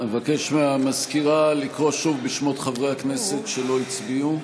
אבקש מהמזכירה לקרוא שוב בשמות חברי הכנסת שלא הצביעו.